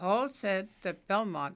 all said that belmont